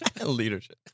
Leadership